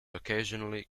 occasionally